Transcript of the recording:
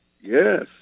Yes